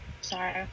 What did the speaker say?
Sorry